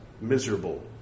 miserable